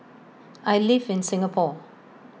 I live in Singapore